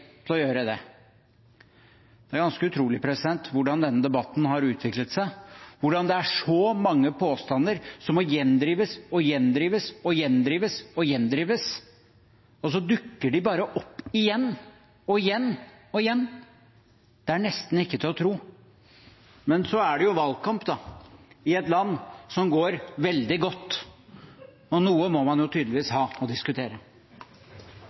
til å gjøre det. Det er ganske utrolig hvordan denne debatten har utviklet seg, hvordan det er så mange påstander som må gjendrives, gjendrives og gjendrives, og så dukker de bare opp igjen, igjen og igjen. Det er nesten ikke til å tro. Men så er det jo valgkamp i et land som går veldig godt, og noe må man tydeligvis ha å diskutere.